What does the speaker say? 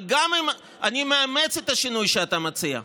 אבל גם אם אני מאמץ את השינוי שאתה מציע,